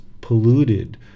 polluted